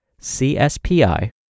CSPI